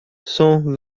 cent